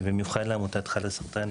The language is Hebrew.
במיוחד לעמותת ׳חלאסרטן׳,